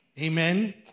Amen